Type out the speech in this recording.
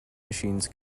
machines